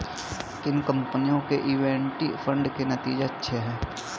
किन कंपनियों के इक्विटी फंड के नतीजे अच्छे हैं?